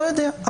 לא יודע,